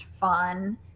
fun